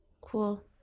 Cool